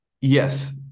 Yes